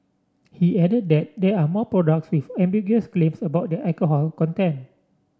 he added that there are more products with ambiguous claims about their alcohol content